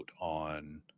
on